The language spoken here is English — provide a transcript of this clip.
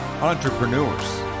entrepreneurs